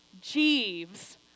Jeeves